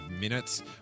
minutes